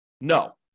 No